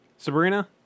Sabrina